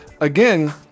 again